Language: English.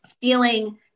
feeling